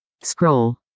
Scroll